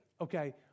okay